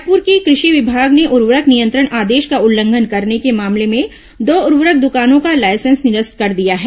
रायपुर की कृषि विभाग ने उर्वरक नियंत्रण आदेश का उल्लंघन करने के मामले में दो उर्वरक दुकानों का लाइसेंस निरस्त कर दिया है